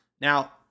Now